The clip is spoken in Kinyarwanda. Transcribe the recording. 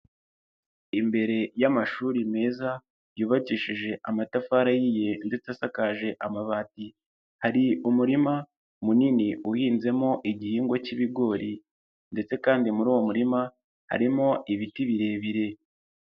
Imbere y'amashuri meza yubakishije amatafari yi ndetse asakaje amabati, hari umurima munini uhinzemo igihingwa cy'ibigori ndetse kandi muri uwo murima, harimo ibiti birebire.